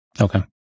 Okay